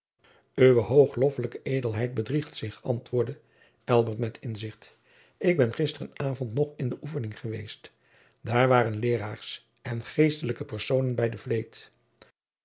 uwe hoogloffelijke edelheid bedriegt zich antwoordde elbert met inzicht ik ben gisteren avond nog in de oefening geweest daar waren leeraars en geestelijke personen bij de vleet